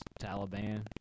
Taliban